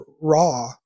raw